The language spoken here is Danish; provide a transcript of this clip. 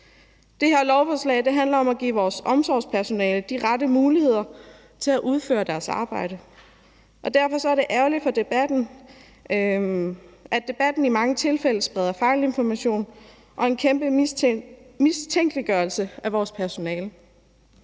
Det her lovforslag handler om at give vores omsorgspersonale de rette muligheder til at udføre deres arbejde. Derfor er det ærgerligt, at debatten i mange tilfælde spreder fejlinformation og en kæmpe mistænkeliggørelse af vores personale.